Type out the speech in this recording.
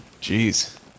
Jeez